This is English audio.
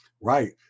Right